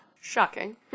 Shocking